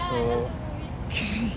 oh